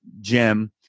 Jim